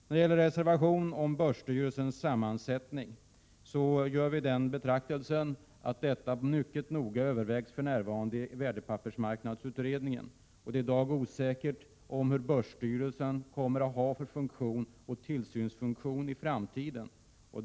När det gäller reservationen om börsstyrelsens sammansättning gör vi den bedömningen att denna fråga mycket noga övervägs i värdepappersmarknadskommittén. Det är i dag osäkert vilken funktion börsstyrelsen kommer att få i framtiden.